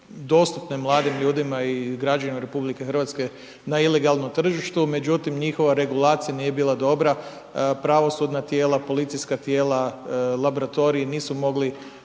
dostupne mladim ljudima i građanima RH na ilegalnom tržištu. Međutim, njihova regulacija nije bila dobra. Pravosudna tijela, policijska tijela, laboratorij, nisu mogli